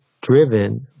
driven